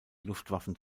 luftwaffen